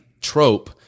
trope